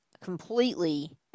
completely